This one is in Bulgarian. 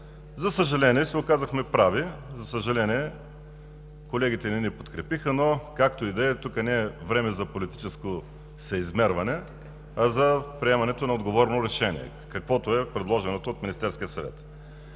За съжаление, се оказахме прави! За съжаление, колегите не ни подкрепиха, но както и да е. Сега не е време за политическо съизмерване, а за приемането на отговорно решение, каквото е предложеното от Министерския съвет.